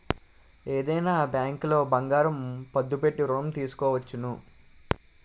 ఏదైనా బ్యాంకులో బంగారం పద్దు పెట్టి ఋణం తీసుకోవచ్చును